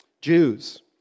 Jews